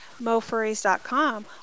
MoFurries.com